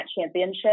championship